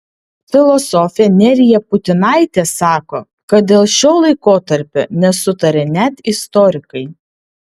filosofė nerija putinaitė sako kad dėl šio laikotarpio nesutaria net istorikai